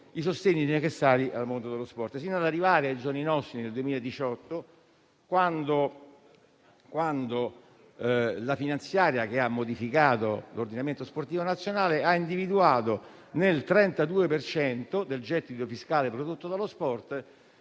i sostegni necessari al mondo dello sport stesso, fino ad arrivare ai giorni nostri, al 2018, quando la legge di bilancio ha modificato l'ordinamento sportivo nazionale, individuando nel 32 per cento del gettito fiscale prodotto dallo sport